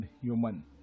human